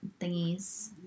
thingies